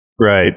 right